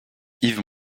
yves